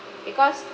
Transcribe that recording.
because